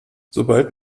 sobald